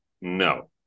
No